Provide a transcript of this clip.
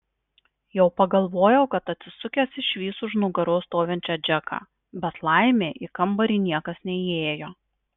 jau pagalvojo kad atsisukęs išvys už nugaros stovinčią džeką bet laimė į kambarį niekas neįėjo